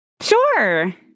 Sure